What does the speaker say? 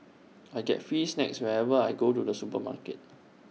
I get free snacks whenever I go to the supermarket